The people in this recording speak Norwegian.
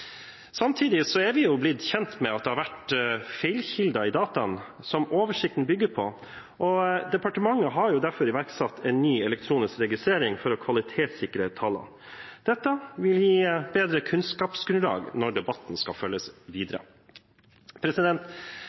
Samtidig er vi blitt kjent med at det har vært feilkilder i dataene som oversikten bygger på, og departementet har derfor iverksatt en ny elektronisk registrering for å kvalitetssikre tallene. Dette vil gi bedre kunnskapsgrunnlag når debatten skal følges videre.